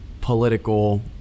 political